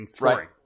Right